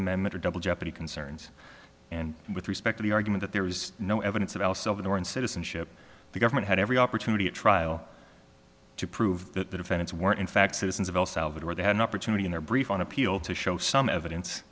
amendment or double jeopardy concerns and with respect to the argument there is no evidence of el salvador and citizenship the government had every opportunity at trial to prove that the defendants were in fact citizens of el salvador they had an opportunity in their brief on appeal to show some evidence